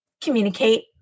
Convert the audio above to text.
communicate